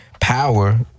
power